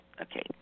Okay